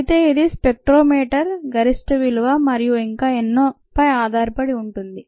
అయితే ఇది స్పెక్ట్రోమీటర్ గరిష్ట విలువ మరియు ఇంకా ఎన్నో పై ఆధారపడి ఉంటుంది